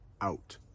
out